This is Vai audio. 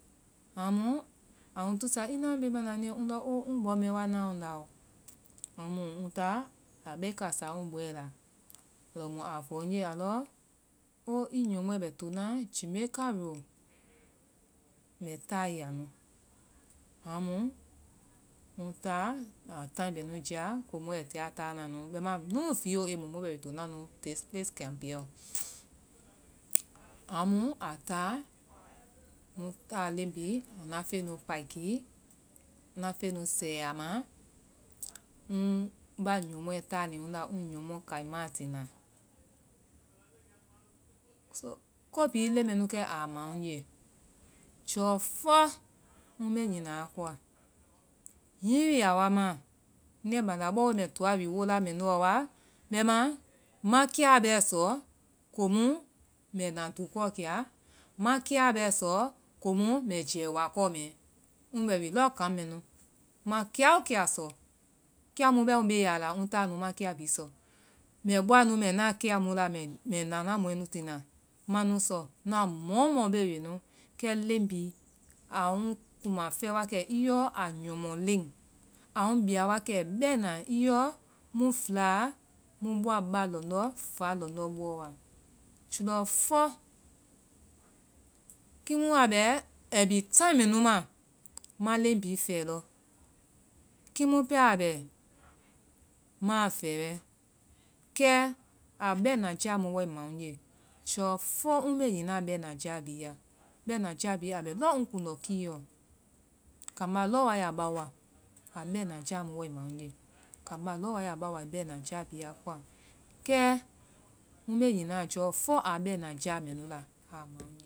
Amu a ŋ tusaa alɔ i naa mbee mana niyɛ amu ŋndɔ ooh! Ŋ bɔ mɛɛ wa naa anda. amu ŋ táa a baika sa ŋ bɔɛ la. A lɔ mu aa fɔ ŋye a lɔ, ooh i nyɔmɔɛ bɛ tonaa jimika road, mbɛ táa i ya nu, amu mu táa, a táai mɛ nu jia, ko ma ai tia taana nu. núu v0a mu wi mu bɛ tona nu disipilee kiyapiɛ lɔ amua táa mu táa mu fɛlaleŋ bhii naa feŋɛ nu paiki na. Ŋna fɛŋ nu sɛɛma, ŋ ba nyɔmɔɛ táa nu ŋnda ŋ nyɔmɔ kaimaa tina. So, ko bhii kɛ leŋ mɛnu aa ma, ŋnye julɔfɔ a bee nyina aa kowa, hiŋi wi a wa maa, niyɛ banda bɔo woi mbɛ toa wola mɛɛ nu lɔ wa bɛimaa ŋma kiyaa bɛe sɔ komu ŋbɛ na dukɔɔ kiya, ŋma kiyaa bɛɛ sɔ komu mbɛ jɛɛ wakɔɔ mɛɛ, ŋ bɛ wi lɔɔ kaŋ mɛnu ŋma kiya oo kiya sɔ. Kiya mu bɛɛ ŋ beeya a la, ŋma kiya bhii sɔ, mbɛ bɔ nu mbɛ na ŋna mɔɛ nu tina ŋma kiya bhii sɔ. ŋna mɔomɔɔ bee wi nu kaŋ bhii, aa ŋ kuma fɛɛ wakɛ yɔ a nyɔmɔ leŋ, a ŋ biya wakɛ bɛɛna yɔ mu fɛlaa mu bɔa ba lɔndɔ́, fa lɔndɔ́ buɔ wa. Juɔfɔ kiimu a bɛ. ai bi taai mɛnu ma, ŋma leŋ bhii fɛɛ lɔ. Kiimu pɛɛ a bɛ ŋma a fɛɛ wɛ, kɛ a bɛnajaa mu wae ma ŋ nye juɔfɔ ŋbee nyinaa bɛɛnajaa bhii ya. Bɛɛnajaa bhii a bɛ lɔɔ ŋ kuŋndɔ kiiiyɛɔ, kambá lɔɔ wayaa baowa a bɛɛnajaa nu wae na ŋnye. Kambá lɔɔ wayaa baowa bɛɛnajaa bhii la kowa kɛ ŋbee nyinaajuɔfɔ bɛɛnajaa bhii la, aa ma ŋnye.